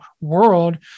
world